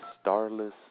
starless